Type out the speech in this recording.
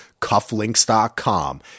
cufflinks.com